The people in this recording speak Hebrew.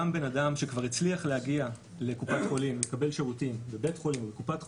גם בן אדם שכבר הצליח להגיע לקופת חולים או לבית חולים ולקבל שירותים,